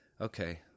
Okay